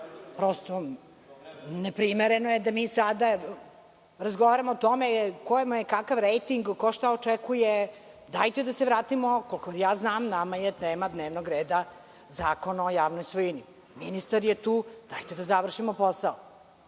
prosto…Neprimerene da mi sada razgovaramo o tome kome je takav rejting, ko šta očekuje. Dajte da se vratimo, koliko ja znam nama je tema dnevnog reda Zakon o javnoj svojini. Ministar je tu, dajte da završimo posao.